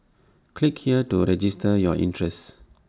click here to register your interest